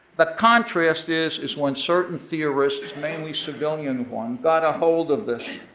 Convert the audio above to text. the contrast is, is when certain theorists, mainly civilian ones, got ahold of this.